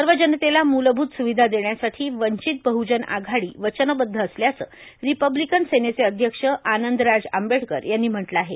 सर्व जनतेला मूलभूत सुविधा देण्यासाठी वंचित बह्जन आघाडी वचनबद्ध असल्याचं रिपब्लिकन सेनेचे अध्यक्ष आनंदराज आंबेडकर यांनी म्हटलं आहे